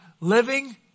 Living